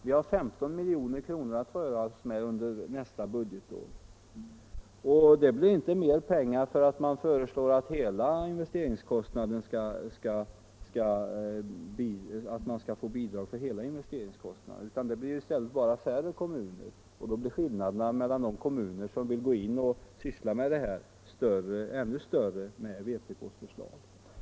Vi har 15 milj.kr. att röra oss med under nästa budgetår. Det blir inte mer pengar för att man föreslår att bidrag skall lämnas för hela investeringskostnaden. Det blir i stället bara färre kommuner som får något, och med vpk:s förslag blir skillnaden mellan de kommuner som får och de som inte får ännu större.